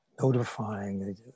notifying